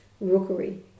rookery